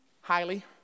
Highly